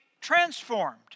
transformed